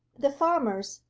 the farmers,